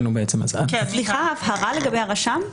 סליחה, הבהרה לגבי הרשם.